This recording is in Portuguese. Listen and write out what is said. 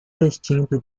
vestindo